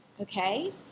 Okay